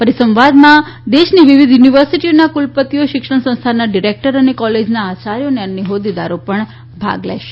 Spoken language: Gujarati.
પરિસંવાદમાં દેશની વિવિધ યુનિવર્સિટીઓના કુલપતિઓ શિક્ષણ સંસ્થાઓના ડિરેક્ટર અને કોલેજોના આચાર્યો અને અન્ય હોદ્દેદારો પણ ભાગ લેશે